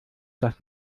dass